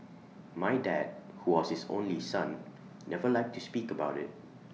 my dad who was his only son never liked to speak about IT